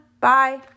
Bye